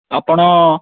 ଆପଣ